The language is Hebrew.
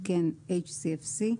התקן HCFC),